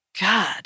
God